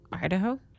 Idaho